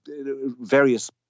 various